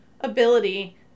ability